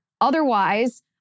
Otherwise